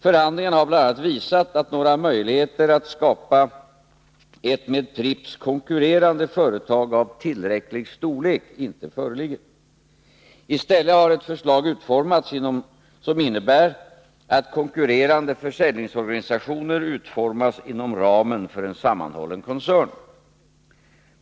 Förhandlingarna har bl.a. visat att några möjligheter att skapa ett med Pripps konkurrerande företag av tillräcklig storlek inte föreligger. I stället har ett förslag utarbetats som innebär att konkurrerande försäljningsorganisationer utformas inom ramen för en sammanhållen koncern.